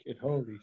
holy